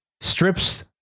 strips